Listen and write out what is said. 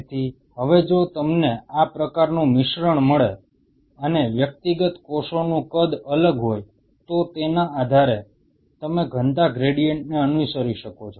તેથી હવે જો તમને આ પ્રકારનું મિશ્રણ મળે અને વ્યક્તિગત કોષોનું કદ અલગ હોય તો તેના આધારે તમે ઘનતા ગ્રેડિયન્ટને અનુસરી શકો છો